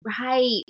right